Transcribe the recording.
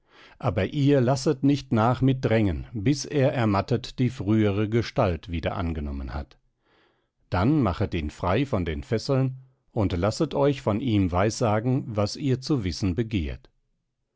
aber ihr lasset nicht nach mit drängen bis er ermattet die frühere gestalt wieder angenommen hat dann machet ihn frei von den fesseln und lasset euch von ihm weissagen was ihr zu wissen begehrt